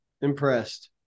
impressed